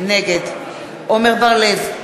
נגד עמר בר-לב,